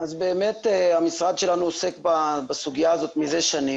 באמת המשרד שלנו עוסק בסוגיה הזאת מזה שנים.